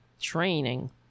training